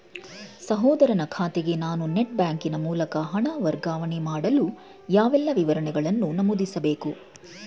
ಸಹೋದರನ ಖಾತೆಗೆ ನಾನು ನೆಟ್ ಬ್ಯಾಂಕಿನ ಮೂಲಕ ಹಣ ವರ್ಗಾವಣೆ ಮಾಡಲು ಯಾವೆಲ್ಲ ವಿವರಗಳನ್ನು ನಮೂದಿಸಬೇಕು?